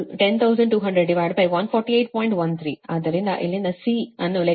13 ಆದ್ದರಿಂದ ಇಲ್ಲಿಂದ C ಅನ್ನು ಲೆಕ್ಕ ಹಾಕಿದರೆ C 38